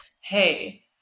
Hey